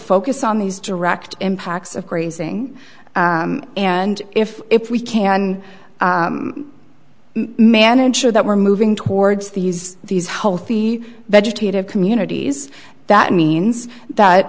focus on these direct impacts of grazing and if if we can manage sure that we're moving towards these these healthy vegetative communities that means that